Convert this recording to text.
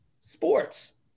sports